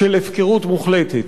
של הפקרות מוחלטת.